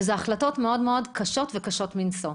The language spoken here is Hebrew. אלה החלטות מאוד קשות, וקשות מנשוא.